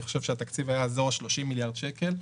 חושב שהתקציב היה באזור ה-30 מיליארד שקל.